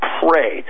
pray